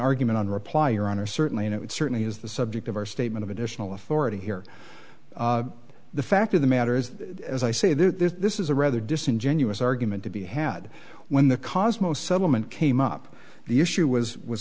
argument in reply your honor certainly and it certainly is the subject of our statement of additional authority here the fact of the matter is as i say that this is a rather disingenuous argument to be had when the cosmos settlement came up the issue was was